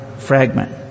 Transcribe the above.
fragment